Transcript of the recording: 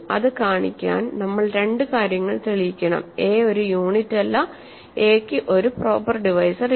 അത് കാണിക്കാൻ നമ്മൾ രണ്ട് കാര്യങ്ങൾ തെളിയിക്കണം a ഒരു യൂണിറ്റല്ലഎ ക്കു ഒരു പ്രോപ്പർ ഡിവൈസർ ഇല്ല